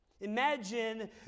Imagine